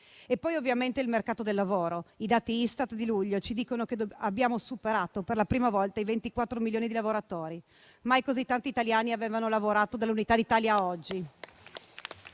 Poi, ovviamente, c'è il mercato del lavoro: i dati Istat di luglio ci dicono che abbiamo superato per la prima volta i 24 milioni di lavoratori. Mai così tanti italiani avevano lavorato dall'Unità d'Italia a oggi.